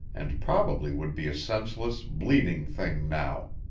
and probably would be a senseless, bleeding thing now.